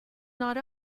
not